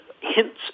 hints